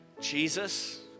Jesus